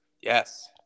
Yes